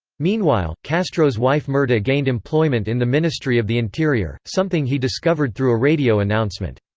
meanwhile, castro's wife mirta gained employment in the ministry of the interior, something he discovered through a radio announcement.